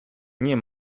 nie